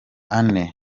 ane